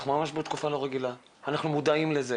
אנחנו ממש בתקופה לא רגילה, אנחנו מודעים לזה